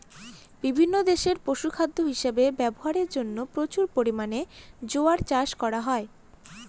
বিভিন্ন দেশে পশুখাদ্য হিসাবে ব্যবহারের জন্য প্রচুর পরিমাণে জোয়ার চাষ করা হয়